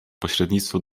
pośrednictwo